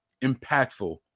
impactful